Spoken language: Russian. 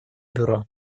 бюро